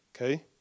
okay